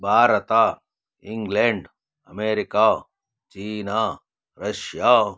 Bharat England America China Russia